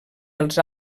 els